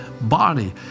body